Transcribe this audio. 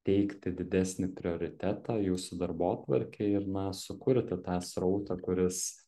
teikti didesnį prioritetą jūsų darbotvarkėj ir na sukurti tą srautą kuris